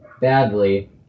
badly